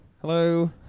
Hello